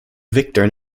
victor